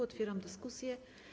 Otwieram dyskusję.